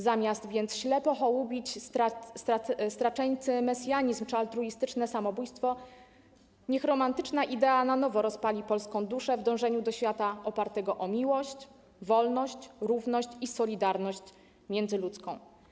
Zamiast więc ślepo hołubić straceńczy mesjanizm czy altruistyczne samobójstwo, niech romantyczna idea na nowo rozpali polską duszę w dążeniu do świata opartego na miłości, wolności, równości i solidarności międzyludzkiej.